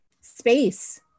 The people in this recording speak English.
space